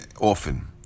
often